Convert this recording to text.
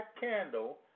candle